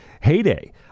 heyday